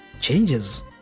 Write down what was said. changes